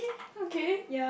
okay